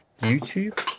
YouTube